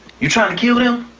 you trying to kill them?